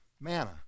Manna